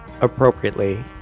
appropriately